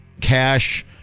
cash